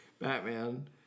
Batman